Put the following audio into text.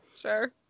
Sure